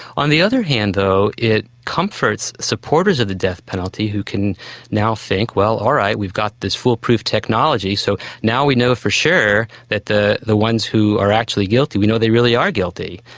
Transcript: on the other hand though it comforts supporters of the death penalty who can now think, well, all right, we've got this foolproof technology, so now we know for sure that the the ones who are actually guilty, we know they really are guilty.